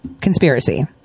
conspiracy